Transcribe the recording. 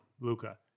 Luca